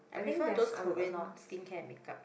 I prefer those Korean skincare make up